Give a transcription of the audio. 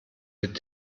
mit